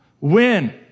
win